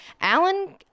Alan